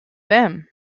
them